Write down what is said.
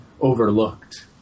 overlooked